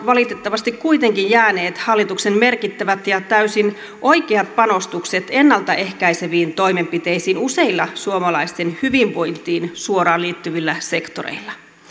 valitettavasti kuitenkin jääneet hallituksen merkittävät ja täysin oikeat panostukset ennalta ehkäiseviin toimenpiteisiin useilla suomalaisten hyvinvointiin suoraan liittyvillä sektoreilla